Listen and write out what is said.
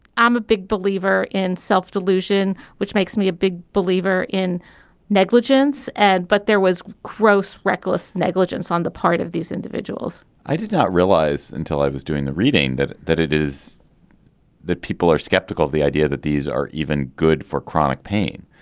i'm a big believer in self-delusion which makes me a big believer in negligence. and but there was gross reckless negligence on the part of these individuals i did not realize until i was doing the reading that that it is that people are skeptical of the idea that these are even good for chronic pain.